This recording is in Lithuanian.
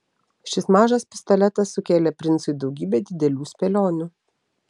šis mažas pistoletas sukėlė princui daugybę didelių spėlionių